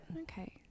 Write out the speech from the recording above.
Okay